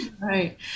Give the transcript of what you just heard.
Right